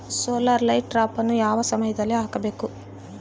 Solar light ಟ್ರಾಪನ್ನು ಯಾವ ಸಮಯದಲ್ಲಿ ಹಾಕಬೇಕು?